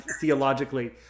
theologically